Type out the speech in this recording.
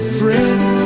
friend